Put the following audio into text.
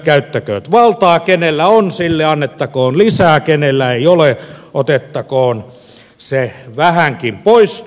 valtaa kenellä on sille annettakoon lisää kenellä ei ole otettakoon se vähäkin pois